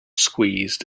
squeezed